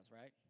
right